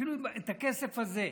אפילו את הכסף הזה,